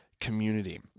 community